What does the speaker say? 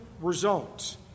results